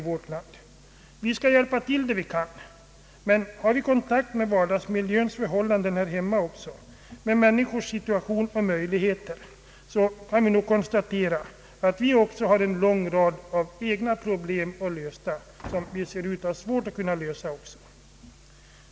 Vi skall hjälpa till där vi kan. Men har vi kontakt med vardagsmiljön här hemma och med människors situation och möjligheter kan vi nog konstatera att också vi har en lång rad av egna problem, problem som vi också har svårt att lösa.